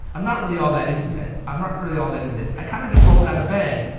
i'm not really all that into that. i'm not really all that into this. i kind of just rolled out of bed.